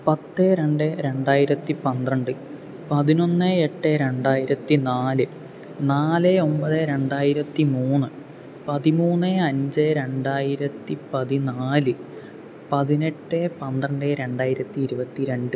പത്ത് രണ്ട് രണ്ടായിരത്തിപ്പന്ത്രണ്ട് പതിനൊന്ന് എട്ട് രണ്ടായിരത്തി നാല് നാല് ഒമ്പത് രണ്ടായിരത്തി മൂന്ന് പതിമൂന്ന് അഞ്ച് രണ്ടായിരത്തിപ്പതിനാല് പതിനെട്ട് പന്ത്രണ്ട് രണ്ടായിരത്തിയിരുപത്തി രണ്ട്